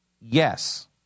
Yes